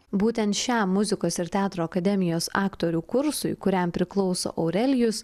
būtent šiam muzikos ir teatro akademijos aktorių kursui kuriam priklauso aurelijus